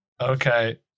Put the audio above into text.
Okay